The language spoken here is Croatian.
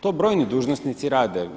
To brojni dužnosnici rade.